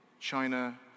China